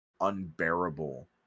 unbearable